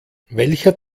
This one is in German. welcher